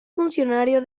funcionario